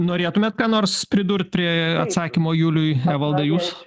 norėtumėt ką nors pridurt prie atsakymo juliui evalda jūs